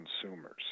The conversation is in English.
consumers